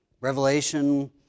Revelation